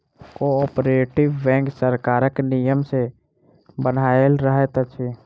cooperative bank सरकारक नियम सॅ बन्हायल रहैत अछि